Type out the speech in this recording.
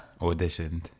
auditioned